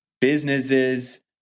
businesses